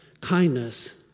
kindness